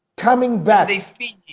coming back the three